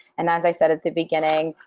and as i said at the beginning,